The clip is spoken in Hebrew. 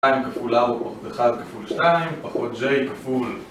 2 כפול ופחות 1 כפול 2, פחות j כפול...